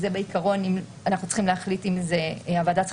עקרונית הוועדה צריכה להחליט אם חל